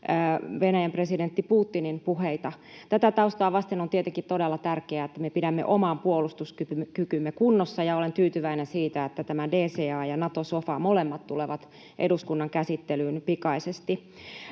Venäjän presidentti Putinin puheita. Tätä taustaa vasten on tietenkin todella tärkeää, että me pidämme oman puolustuskykymme kunnossa, ja olen tyytyväinen siitä, että tämä DCA ja Nato-sofa, molemmat, tulevat eduskunnan käsittelyyn pikaisesti.